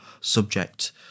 subject